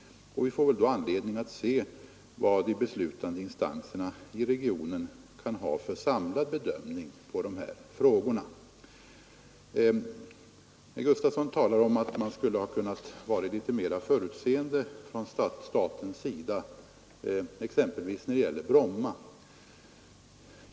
Vi får väl då tillfälle att se vad de beslutande instanserna i regionen kan ha för samlad bedömning. Herr Gustafsson i Barkarby talar om att staten skulle ha kunnat vara litet mera förutseende exempelvis när det gäller Bromma.